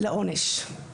לעונש.